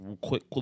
quick